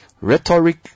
rhetoric